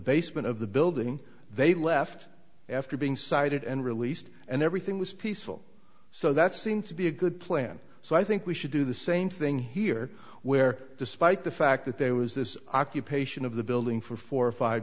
basement of the building they left after being cited and released and everything was peaceful so that seemed to be a good plan so i think we should do the same thing here where despite the fact that there was this occupation of the building for four or five